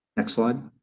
next slide.